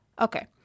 Okay